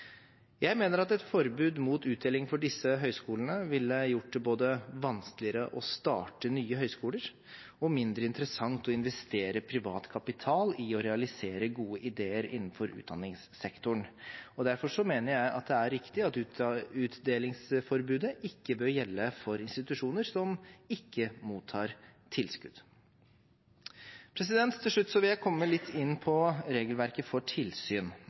Jeg mener at et forbud mot utdeling for disse høyskolene ville gjort det både vanskeligere å starte nye høyskoler og mindre interessant å investere privat kapital i å realisere gode ideer innenfor utdanningssektoren, og derfor mener jeg det er riktig at utdelingsforbudet ikke bør gjelde for institusjoner som ikke mottar tilskudd. Til slutt vil jeg komme litt inn på regelverket for tilsyn.